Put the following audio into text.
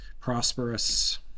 prosperous